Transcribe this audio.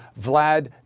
Vlad